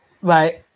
right